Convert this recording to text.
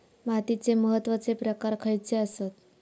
मातीचे महत्वाचे प्रकार खयचे आसत?